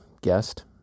guest